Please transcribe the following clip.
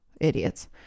idiots